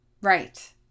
right